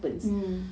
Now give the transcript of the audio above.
mmhmm